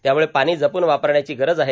त्यामुळे पाणी जपून वापरण्याची गरज आहे